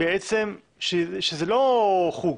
שזה לא חוג,